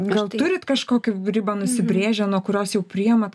gal turit kažkokią ribą nusibrėžę nuo kurios jau priimat